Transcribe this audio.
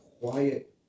quiet